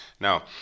Now